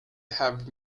have